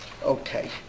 Okay